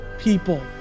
people